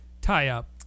tie-up